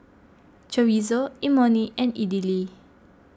Chorizo Imoni and Idili